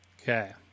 Okay